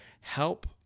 help